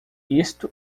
isto